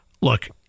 Look